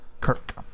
Kirk